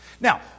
Now